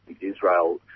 Israel